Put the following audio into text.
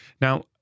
Now